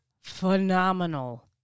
phenomenal